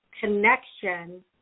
connection